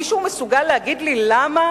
מישהו מסוגל להגיד לי למה